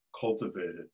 cultivated